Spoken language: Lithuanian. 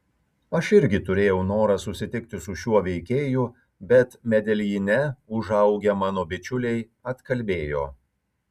aš irgi turėjau norą susitikti su šiuo veikėju bet medeljine užaugę mano bičiuliai atkalbėjo